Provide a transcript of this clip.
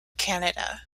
canada